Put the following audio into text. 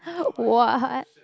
what